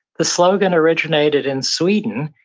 the slogan originated in sweden,